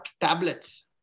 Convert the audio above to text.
tablets